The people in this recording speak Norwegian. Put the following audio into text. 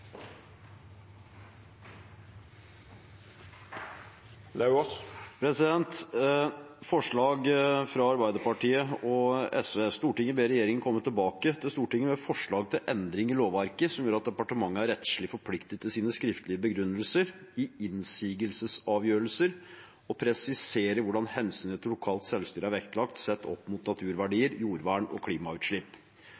Forslag nr. 1, fra Arbeiderpartiet og SV, lyder: «Stortinget ber regjeringen komme tilbake til Stortinget med forslag til endring i lovverket som gjør at departementet er rettslig forpliktet i sine skriftlige begrunnelser i innsigelsesavgjørelser til å presisere hvordan hensynet til lokalt selvstyre er vektlagt